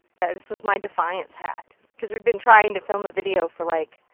this was my defiance hat. because we'd been trying to film a video for like.